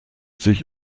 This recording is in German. sich